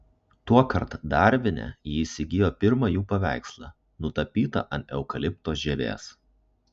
tuokart darvine ji įsigijo pirmą jų paveikslą nutapytą ant eukalipto žievės